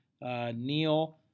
Neil